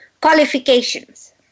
qualifications